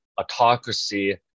autocracy